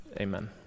Amen